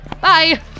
Bye